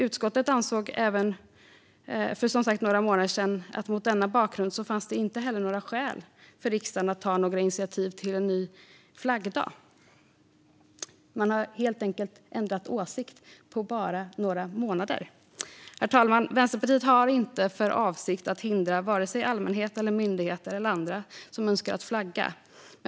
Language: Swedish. Utskottet ansåg även för några månader sedan att det mot denna bakgrund inte heller fanns några skäl för riksdagen att ta några initiativ till en ny flaggdag. Man har helt enkelt ändrat åsikt på bara några månader. Herr talman! Vänsterpartiet har inte för avsikt att hindra vare sig allmänhet, myndigheter eller andra som önskar att flagga.